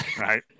right